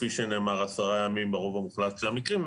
כפי שנאמר עשרה ימים ברוב המוחלט של המקרים,